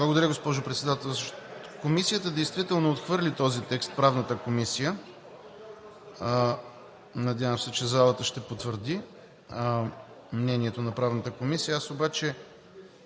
Благодаря, госпожо Председателстващ. Комисията действително отхвърли този текст в Правната комисия. Надявам се, че залата ще потвърди мнението на Правната комисия! Аз обаче